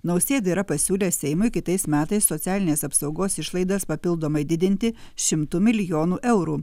nausėda yra pasiūlęs seimui kitais metais socialinės apsaugos išlaidas papildomai didinti šimtu milijonu eurų